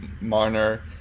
Marner